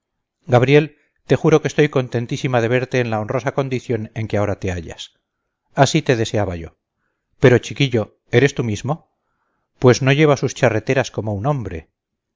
gabriel te juro que estoy contentísima de verte en la honrosa condición en que ahora te hallas así te deseaba yo pero chiquillo eres tú mismo pues no lleva sus charreteras como un hombre